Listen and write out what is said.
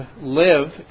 live